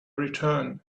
return